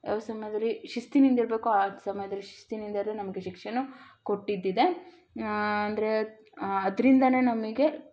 ಯಾವ ಸಮಯದಲ್ಲಿ ಶಿಸ್ತಿನಿಂದಿರಬೇಕೋ ಆ ಸಮಯದಲ್ಲಿ ಶಿಸ್ತಿನಿಂದ ಇದ್ದರೆ ನಮಗೆ ಶಿಕ್ಷೆನೂ ಕೊಟ್ಟಿದ್ದಿದೆ ಅಂದರೆ ಅದರಿಂದಾನೆ ನಮಗೆ